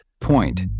Point